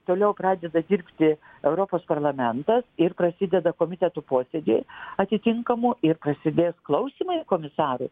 toliau pradeda dirbti europos parlamentas ir prasideda komitetų posėdžiai atitinkamų ir prasidės klausymai komisarui